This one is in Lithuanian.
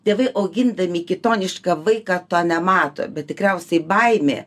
tėvai augindami kitonišką vaiką to nemato bet tikriausiai baimė